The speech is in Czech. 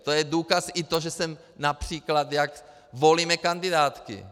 To je důkaz i to, že jsem, například jak volíme kandidátky.